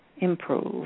improve